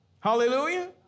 Hallelujah